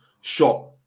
shot